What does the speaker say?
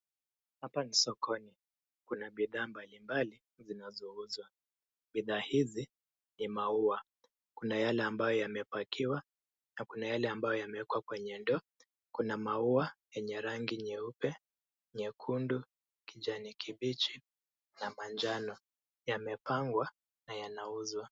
Hapa ni sokoni kuna bidhaa mbalimbali zinazouzwa. Bidhaa hizi ni maua, kuna yale ambayo yamepakiwa na kuna yale ambayo yamewekwa kwenye ndoo. Kuna maua yenye rangi nyeupe, nyekundu, kijani kibichi na manjano. Yamepangwa na yanauzwa.